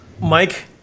Mike